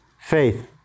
faith